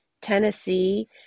Tennessee